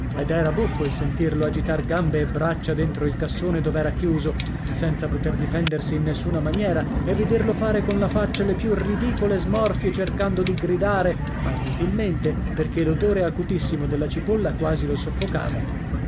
ed era buffo il sentirlo agitar gambe e braccia dentro il cassone dov'era chiuso senza poter difendersi in nessuna maniera e vederlo fare con la faccia le più ridicole smorfie cercando di gridare ma inutilmente perché l'odore acutissimo della cipolla quasi lo soffocava